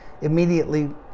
immediately